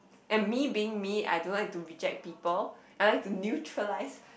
and me being me I don't like to reject people I like to neutralise